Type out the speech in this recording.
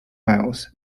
miles